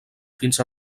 fins